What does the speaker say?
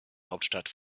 hauptstadt